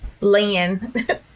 land